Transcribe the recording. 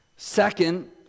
Second